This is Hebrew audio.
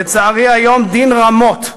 לצערי, היום דין רמות,